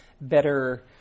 better